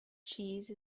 cheese